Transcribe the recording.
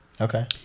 Okay